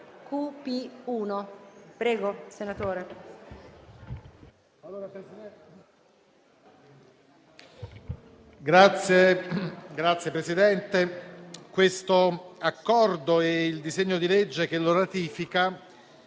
Signora Presidente, questo accordo (e il disegno di legge che lo ratifica)